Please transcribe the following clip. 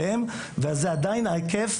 ועדיין ההיקף,